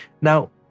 Now